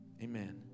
Amen